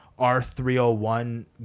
R301